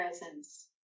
presence